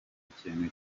ikintu